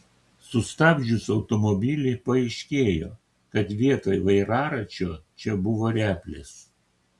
sustabdžius automobilį paaiškėjo kad vietoj vairaračio čia buvo replės